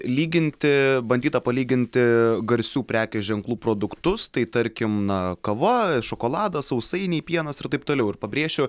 lyginti bandyta palyginti garsių prekės ženklų produktus tai tarkim na kava šokoladas sausainiai pienas ir taip toliau ir pabrėšiu